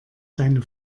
deine